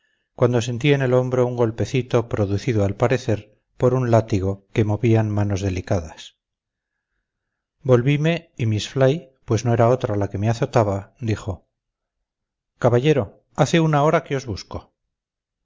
cuando sentí en el hombro un golpecito producido al parecer por un látigo que movían manos delicadas volvime y miss fly pues no era otra la que me azotaba dijo caballero hace una hora que os busco